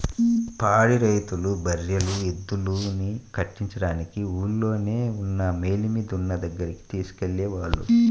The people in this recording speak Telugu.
పాడి రైతులు బర్రెలు, ఎద్దుల్ని కట్టించడానికి ఊల్లోనే ఉన్న మేలిమి దున్న దగ్గరికి తీసుకెళ్ళేవాళ్ళు